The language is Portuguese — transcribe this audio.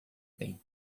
bem